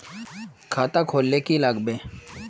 खाता खोल ले की लागबे?